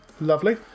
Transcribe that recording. Lovely